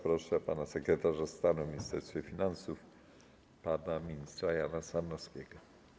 Proszę podsekretarza stanu w Ministerstwie Finansów pana ministra Jana Sarnowskiego.